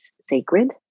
sacred